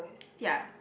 ya